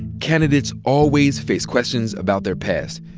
candidates always face questions about their past.